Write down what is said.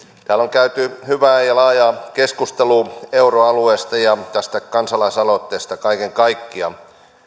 täällä on käyty hyvää ja laajaa keskustelua euroalueesta ja tästä kansalaisaloitteesta kaiken kaikkiaan